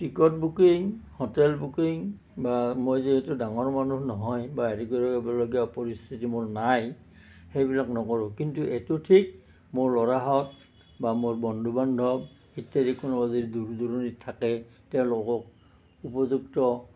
ticket booking hotel booking বা মই যিহেতু ডাঙৰ মানুহ নহয় বা হেৰি কৰিবলগীয়া পৰিস্থিতি মোৰ নাই সেইবিলাক নকৰোঁ কিন্তু এইটো ঠিক মোৰ ল'ৰাহঁত বা মোৰ বন্ধু বান্ধৱ ইত্যাদি কোনোবা যদি দূৰ দূৰণিত থাকে তেওঁলোকক উপযুক্ত